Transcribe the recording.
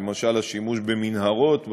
למשל השימוש במנהרות,